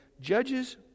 Judges